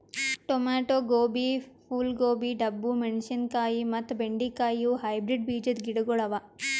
tomato, ಗೋಬಿ, ಫೂಲ್ ಗೋಬಿ, ಡಬ್ಬು ಮೆಣಶಿನಕಾಯಿ ಮತ್ತ ಬೆಂಡೆ ಕಾಯಿ ಇವು ಹೈಬ್ರಿಡ್ ಬೀಜದ್ ಗಿಡಗೊಳ್ ಅವಾ